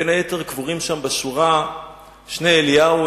בין היתר קבורים שם בשורה שני אליהו,